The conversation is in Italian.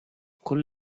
con